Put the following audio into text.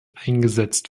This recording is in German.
eingesetzt